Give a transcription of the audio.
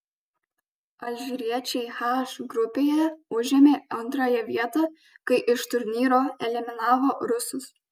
alžyriečiai h grupėje užėmė antrąją vietą kai iš turnyro eliminavo rusus